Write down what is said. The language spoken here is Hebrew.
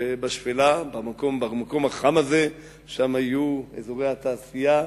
ובשפלה, במקום החם הזה, שם יהיו אזורי התעשייה,